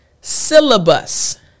syllabus